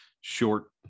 short